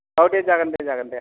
औ दे जागोन दे जा गोन दे